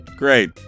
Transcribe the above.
Great